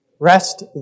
Rest